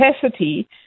capacity